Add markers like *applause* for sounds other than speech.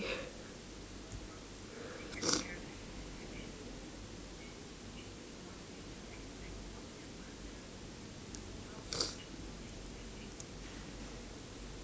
*noise*